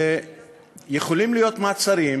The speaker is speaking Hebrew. שיכולים להיות מעצרים